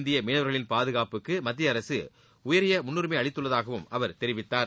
இந்திய மீளவர்களின் பாதுகாப்புக்கு மத்திய அரக உயரிய முன்னுரிமை அளித்துள்ளதாகவும் அவர் தெரிவித்தார்